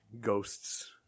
ghosts